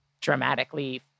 dramatically